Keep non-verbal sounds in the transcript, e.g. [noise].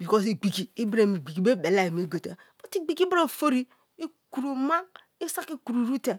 because igbigi i bra emi igbigi ibra be belai me go te, but igbigi ibra ofori [hesitation] kuro ma i saki kuru te.